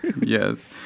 yes